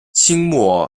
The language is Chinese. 清末